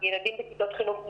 ילדים בכיתות חינוך מיוחד,